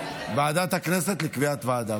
ועדת הכנסת נתקבלה.